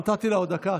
נתתי לה עוד דקה.